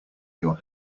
your